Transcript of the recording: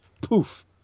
Poof